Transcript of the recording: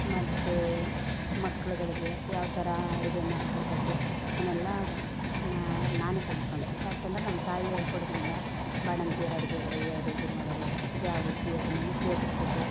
ಮತ್ತೆ ಮಕ್ಳಗಳಿಗೆ ಯಾವ ಥರ ಅಡಿಗೆ ಮಾಡ್ಕೊಡಬೇಕು ಇವನ್ನೆಲ್ಲ ನಾನೇ ಕಲ್ತುಕೊಂಡೆ ಯಾಕೆಂದರೆ ನಮ್ಮ ತಾಯಿ ಹೇಳ್ಕೊಡೋದ್ರಿಂದ ಬಾಣಂತಿಯರ ಅಡ್ಗೆಗಳು ಯಾವ ರೀತಿ ಮಾಡೋದು ಯಾವ ರೀತಿ ಅದನ್ನು ಉಪಯೋಗಿಸ್ಬೇಕು